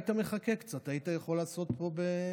היית מחכה קצת, היית יכול לעשות פה בארץ.